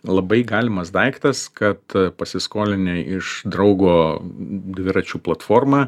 labai galimas daiktas kad pasiskolinę iš draugo dviračių platformą